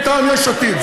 מטעם יש עתיד.